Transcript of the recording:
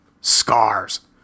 scars